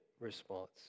response